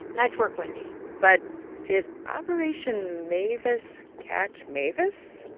nice work, wendy but did operation mavis catch mavis?